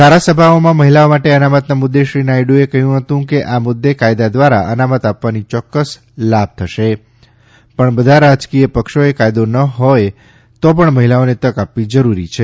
ધારાસભાઓમાં મહિલાઓ માટે અનામતના મુદ્દે શ્રી નાયડુએ કહ્યું હતું કે આ કાયદા દ્વારા અનામત આપવાથી ચોક્કસ લાભ થશે પણ બધા રાજકીય મૂદ્દે પક્ષોએ કાયદો ન હોય તો પણ મહિલાઓને તક આપવી જરૂરી છે